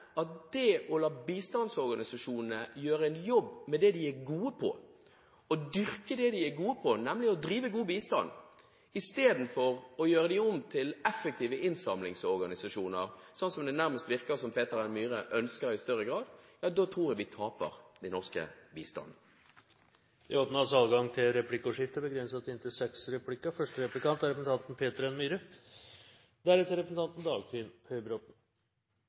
det er å snu tingene på hodet. Jeg vil mene at vi må la bistandsorganisasjonene gjøre en jobb med det de er gode til, å dyrke det de er gode til, nemlig å drive god bistand, istedenfor å gjøre dem om til effektive innsamlingsorganisasjoner, slik det nærmest virker som om Peter N. Myhre ønsker i større grad, for da tror jeg vi taper – i den norske bistanden. Det blir replikkordskifte. Takk til bistandsministeren for interessante synspunkter på dette temaet. I innstillingen fra komiteen er